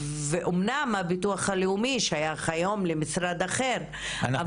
לאומי ואמנם הביטוח הלאומי שייך היום למשרד אחר,